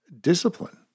discipline